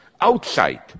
outside